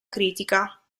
critica